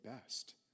best